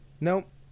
nope